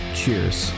cheers